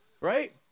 Right